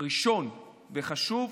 ראשון וחשוב.